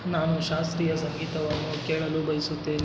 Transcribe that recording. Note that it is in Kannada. ನಾನು ಶಾಸ್ತ್ರೀಯ ಸಂಗೀತವನ್ನು ಕೇಳಲು ಬಯಸುತ್ತೇನೆ